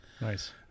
Nice